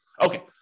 Okay